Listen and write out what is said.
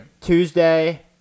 Tuesday